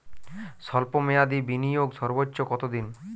স্বল্প মেয়াদি বিনিয়োগ সর্বোচ্চ কত দিন?